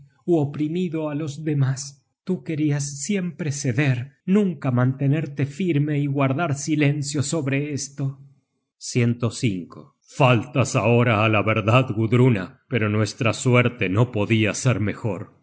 oprimido á los demas tú querias siempre ceder nunca mantenerte firme y guardar silencio sobre esto faltas ahora á la verdad gudruna pero nuestra suerte no podia ser mejor